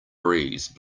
breeze